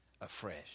afresh